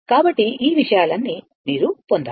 కాబట్టి ఈ విషయాలన్నీ మీరు పొందాలి